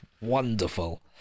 wonderful